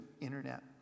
internet